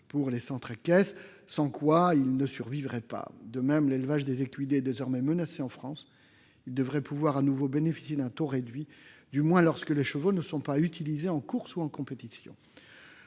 pour les centres équestres, sans quoi ils ne survivront pas. De même, l'élevage des équidés est désormais menacé en France. Il devrait pouvoir à nouveau bénéficier d'un taux réduit de TVA, du moins lorsque les chevaux ne sont pas utilisés pour des courses ou des compétitions.